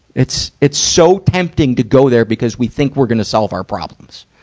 it's, it's so tempting to go there because we think we're gonna solve our problems.